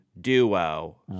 duo